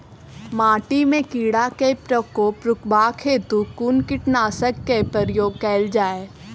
माटि मे कीड़ा केँ प्रकोप रुकबाक हेतु कुन कीटनासक केँ प्रयोग कैल जाय?